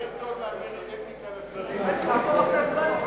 יותר טוב להעביר אתיקה לשרים מאשר לנגוע בהצעת החוק הזאת.